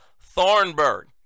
Thornburg